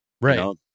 Right